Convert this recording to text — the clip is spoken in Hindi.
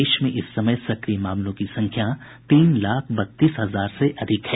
देश में इस समय सक्रिय मामलों की संख्या तीन लाख बत्तीस हजार से अधिक है